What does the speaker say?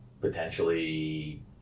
potentially